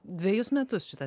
dvejus metus šitą